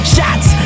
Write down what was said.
Shots